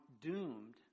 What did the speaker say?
doomed